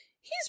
He's